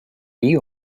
you